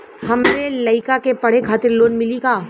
हमरे लयिका के पढ़े खातिर लोन मिलि का?